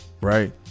Right